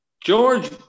george